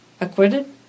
acquitted